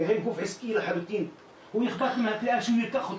כי הם גוף עסקי לחלוטין הוא אכפת לו מהקריאה שהוא ייקח אותה,